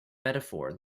metaphor